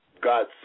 God